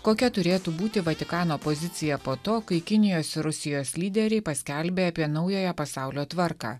kokia turėtų būti vatikano pozicija po to kai kinijos ir rusijos lyderiai paskelbė apie naujojo pasaulio tvarką